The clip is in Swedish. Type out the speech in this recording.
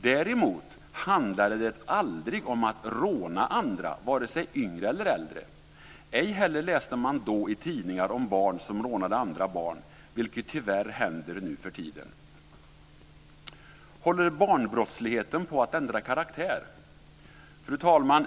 Däremot handlade det aldrig om att råna andra, vare sig yngre eller äldre. Ej heller läste man då i tidningar om barn som rånade andra barn, vilket tyvärr händer nu för tiden. Fru talman!